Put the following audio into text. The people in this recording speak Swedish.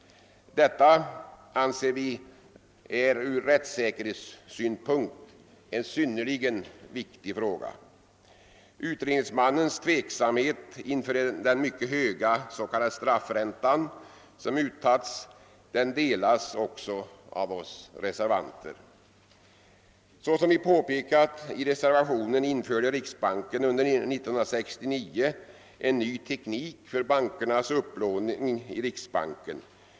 Detta an ser vi vara en ur rättssäkerhetssyn punkt synnerligen viktig fråga. Utredningsmannens tveksamhet inför den mycket höga s.k. straffränta som uttagits delas också av oss reservanter. Såsom vi påpekat i reservationen införde riksbanken under 1969 en ny teknik för bankernas upplåning i riksbanken.